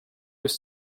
was